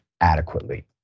adequately